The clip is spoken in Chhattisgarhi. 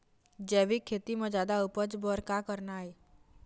जैविक खेती म जादा उपज बर का करना ये?